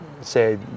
say